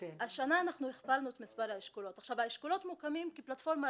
אנחנו רואים את עצמנו כמסייעים לרשויות כרגע,